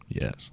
Yes